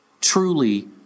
truly